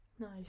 nice